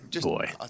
Boy